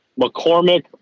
McCormick